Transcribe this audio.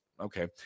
okay